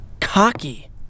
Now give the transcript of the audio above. cocky